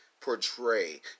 portray